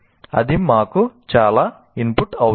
అది మాకు చాలా ఇన్పుట్ అవుతుంది